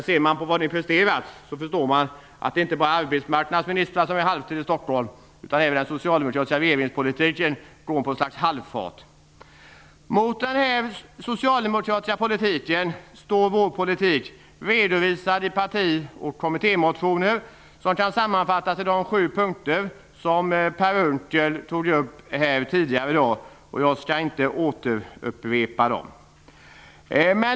Ser man på vad som presteras förstår man att det inte bara är arbetsmarknadsministern som är på halvtid i Stockholm utan att också den socialdemokratiska regeringspolitiken går på ett slags halvfart. Mot den socialdemokratiska politiken står vår politik, redovisad i parti och kommittémotioner, som kan sammanfattas i de sju punkter som Per Unckel tog upp tidigare i debatten. Jag skall därför inte upprepa dem.